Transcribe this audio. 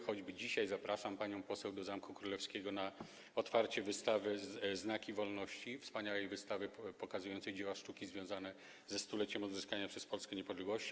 Choćby dzisiaj zapraszam panią poseł do Zamku Królewskiego na otwarcie wystawy „Znaki wolności”, wspaniałej wystawy pokazującej dzieła sztuki związane ze 100-leciem odzyskania przez Polskę niepodległości.